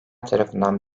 tarafından